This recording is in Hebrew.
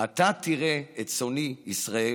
אתה תרעה את צאני ישראל,